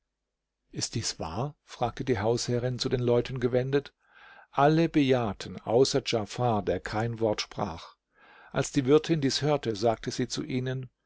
ist dies wahr fragte die hausherrin zu den leuten gewendet alle bejahten außer djafar der kein wort sprach als die wirtin dies hörte sagte sie zu ihnen